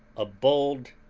a bold,